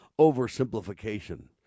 oversimplification